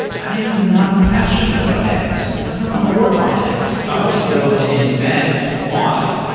i am not passionate about x. i don't want to work on x. i want to go and invent y,